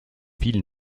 ville